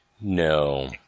No